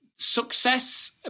success